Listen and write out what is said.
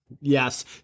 Yes